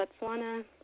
Botswana